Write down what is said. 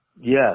Yes